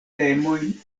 temojn